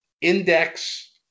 index